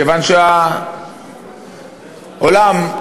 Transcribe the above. כיוון שהעולם,